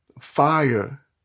fire